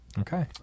Okay